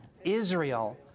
Israel